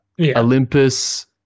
Olympus